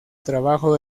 trabajo